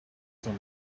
some